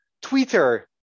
Twitter